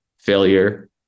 failure